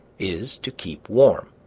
is to keep warm,